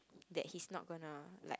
that he's not gonna like